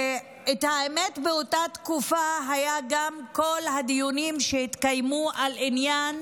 האמת היא שבאותה תקופה היו גם כל הדיונים שהתקיימו על עניין